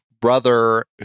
brother